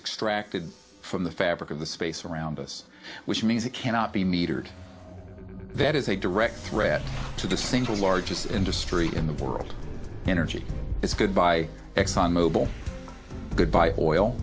extracted from the fabric of the space around us which means it cannot be metered that is a direct threat to the single largest industry in the world energy is good by exxon mobil goodbye oil